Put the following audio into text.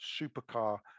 Supercar